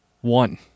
one